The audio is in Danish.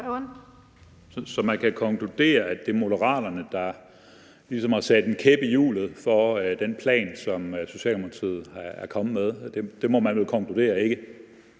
Så man kan konkludere, at det er Moderaterne, der ligesom har sat en kæp i hjulet for den plan, som Socialdemokratiet er kommet med – det må man vel kunne konkludere, ikke?